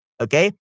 okay